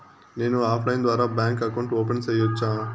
నేను ఆన్లైన్ ద్వారా bank account open సేయొచ్చా?